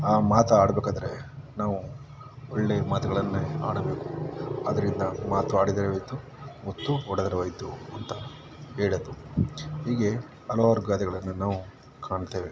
ಆ ಮಾತು ಆಡಬೇಕಾದ್ರೆ ನಾವು ಒಳ್ಳೆ ಮಾತುಗಳನ್ನೇ ಆಡಬೇಕು ಅದರಿಂದ ಮಾತು ಆಡಿದರೆ ಹೋಯ್ತು ಮುತ್ತು ಒಡೆದರೆ ಹೋಯ್ತು ಅಂತ ಹೇಳೋದು ಹೀಗೆ ಹಲವಾರು ಗಾದೆಗಳನ್ನು ನಾವು ಕಾಣ್ತೇವೆ